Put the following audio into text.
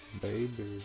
baby